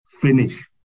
finish